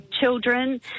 children